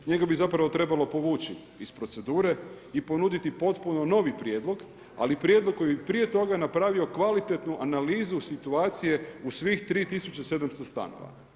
Njega bi zapravo trebalo povući iz procedure i ponuditi potpuno novi prijedlog, ali prijedlog koji i prije toga napravio kvalitetnu analizu situacije u svih 3700 stanova.